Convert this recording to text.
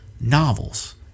novels